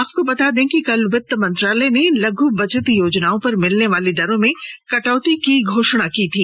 आपको बता दें कि कल वित्त मंत्रालय ने लघु बचत योजनाओं पर मिलने वाली दरों में कटौती की घोषणा की थी